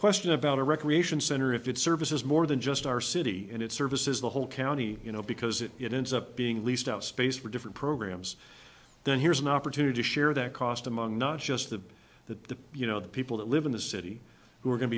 question about a recreation center if it services more than just our city and it services the whole county you know because it it ends up being leased out space for different programs then here's an opportunity to share that cost among not just the that the you know the people that live in the city who are going to